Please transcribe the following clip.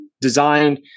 designed